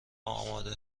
آماده